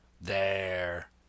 There